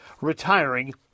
retiring